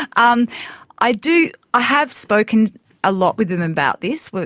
um i do, i have spoken a lot with them about this.